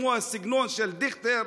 כמו הסגנון של דיכטר,